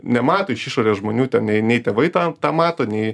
nemato iš išorės žmonių ten nei nei tėvai tą tą mato nei